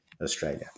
Australia